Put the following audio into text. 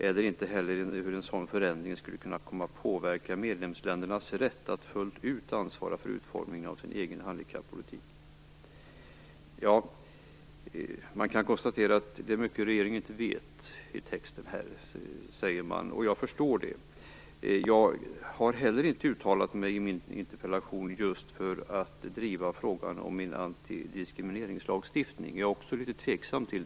Vi vet inte heller hur en sådan förändring skulle kunna komma att påverka medlemsländernas rätt att fullt ut ansvara för utformningen av sin egen handikappolitik. Man kan konstatera att det finns mycket i svaret som regeringen inte säger sig veta. Jag förstår detta, och jag har inte heller uttalat mig i min interpellation för att driva frågan om en antidiskrimineringslagstiftning. En sådan är också jag litet tveksam till.